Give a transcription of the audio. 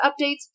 updates